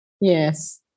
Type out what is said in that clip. Yes